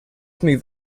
move